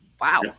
wow